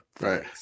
Right